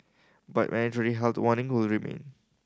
but health warning will remain